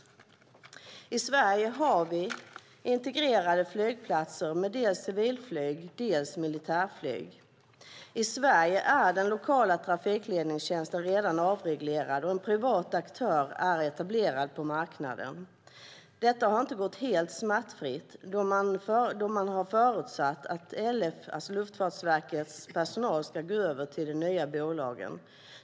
I Sverige har vi integrerade flygplatser med dels civilflyg, dels militärflyg. I Sverige är den lokala trafikledningstjänsten redan avreglerad, och en privat aktör är etablerad på marknaden. Detta har inte gått helt smärtfritt då man förutsatt att Luftfartsverkets personal ska gå över till de nya bolagen.